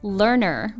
learner